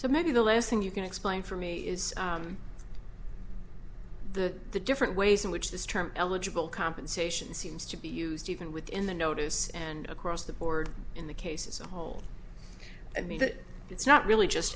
so maybe the last thing you can explain for me is the the different ways in which this term eligible compensation seems to be used even within the notice and across the board in the cases on hold and mean that it's not really just